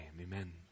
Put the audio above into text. amen